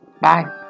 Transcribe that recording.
Bye